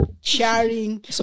Sharing